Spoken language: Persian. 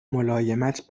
ملایمت